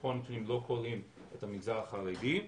ופה הנתונים לא כוללים את המגזר החרדי.